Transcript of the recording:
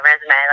resume